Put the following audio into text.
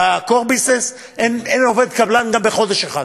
ב-business core אין עובד קבלן גם בחודש אחד.